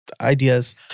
ideas